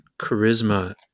charisma